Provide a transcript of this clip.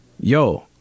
Yo